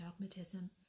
dogmatism